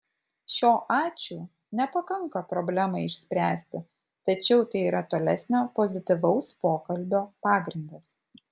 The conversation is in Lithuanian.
šio ačiū nepakanka problemai išspręsti tačiau tai yra tolesnio pozityvaus pokalbio pagrindas